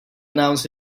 announce